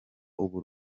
ubu